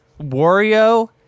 Wario